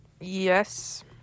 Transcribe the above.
yes